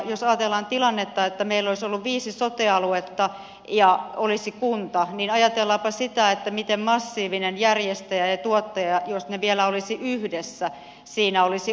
jos ajatellaan tilannetta että meillä olisi ollut viisi sote aluetta ja olisi kunta niin ajatellaanpa sitä miten massiivinen järjestäjä ja tuottaja jos ne vielä olisivat yhdessä siinä olisi ollut